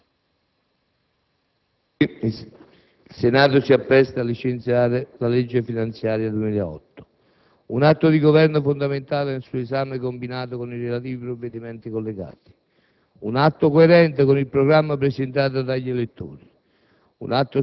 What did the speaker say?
il Senato si appresta a licenziare la legge finanziaria 2008, un atto di Governo fondamentale nel suo esame combinato con i relativi provvedimenti collegati. Un atto coerente con il programma presentato agli elettori;